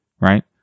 Right